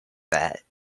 that